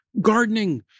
gardening